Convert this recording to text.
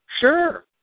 Sure